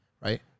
right